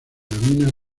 domina